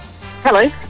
Hello